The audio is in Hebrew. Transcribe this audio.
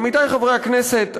עמיתי חברי הכנסת,